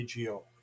AGO